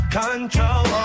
control